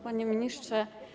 Panie Ministrze!